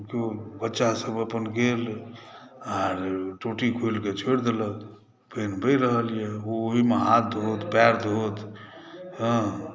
किओ बच्चासभ अपन गेल आओर टोंटी खोलिकऽ छोड़ि देलक पानि बहि रहल अइ ओ ओहिमे हाथ धोएत पएर धोएत हँ